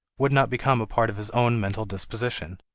would not become a part of his own mental disposition.